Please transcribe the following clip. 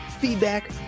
feedback